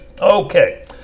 Okay